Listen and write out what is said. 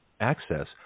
access